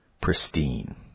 pristine